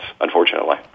unfortunately